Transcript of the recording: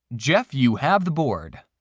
jeff, you have the board.